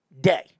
day